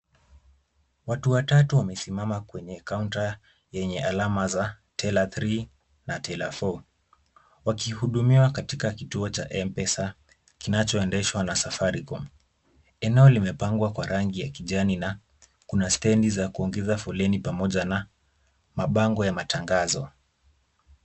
Watu watatu wamesimama kwenye kaunta yenye alama za teller three na teller four wakihudumiwa katika kituo cha M-Pesa kinachoendeshwa na Safaricom. Eneo limepangwa kwa rangi ya kijani na kuna stendi za kuongeza foleni pamoja na mabango ya matangazo .